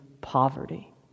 poverty